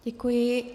Děkuji.